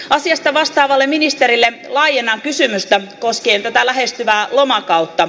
asiasta vastaavalle ministerille laajennan kysymystä koskien tätä lähestyvää lomakautta